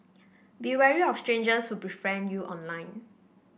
be wary of strangers who befriend you online